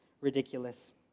ridiculous